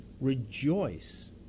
rejoice